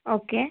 okay